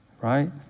right